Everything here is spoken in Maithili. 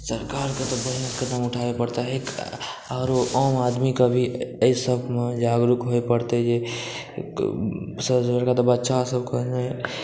सरकारके तऽ बहुत कदम उठाबै परतै आओर आम आदमीके भी एहिसबमे जागरूक होअए पड़तै जे सबसए बड़का तऽ बच्चासबके नहि